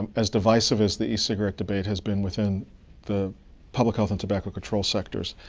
as divisive as the e-cigarette debate has been within the public health and tobacco control sectors,